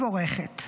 ומבורכת.